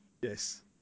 Yes